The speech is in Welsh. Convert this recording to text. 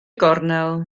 gornel